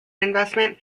investment